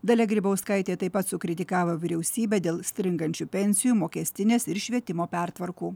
dalia grybauskaitė taip pat sukritikavo vyriausybę dėl stringančių pensijų mokestinės ir švietimo pertvarkų